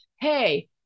hey